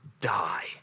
die